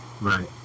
Right